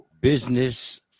business